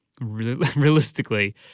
realistically